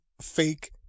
fake